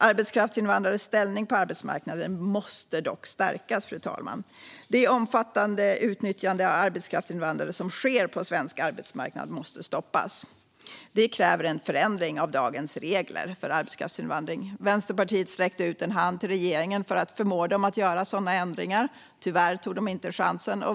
Arbetskraftsinvandrares ställning på arbetsmarknaden måste dock stärkas, fru talman. Det omfattande utnyttjande av arbetskraftsinvandrare som sker på svensk arbetsmarknad måste stoppas. Detta kräver en förändring av dagens regler för arbetskraftsinvandring. Vänsterpartiet sträckte ut en hand till regeringen för att förmå den att göra sådana ändringar, men tyvärr tog man inte chansen.